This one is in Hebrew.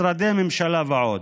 משרדי ממשלה ועוד.